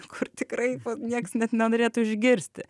kur tikrai nieks net nenorėtų išgirsti